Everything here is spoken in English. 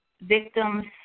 victims